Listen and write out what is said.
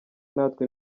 natwe